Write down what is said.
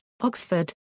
Oxford